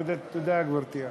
תודה, גברתי.